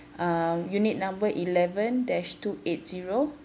uh unit number eleven dash two eight zero